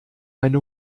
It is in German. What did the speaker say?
meine